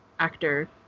Actor